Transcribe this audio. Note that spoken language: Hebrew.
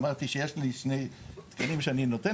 אמרתי שיש לי שני תקנים שאני נותן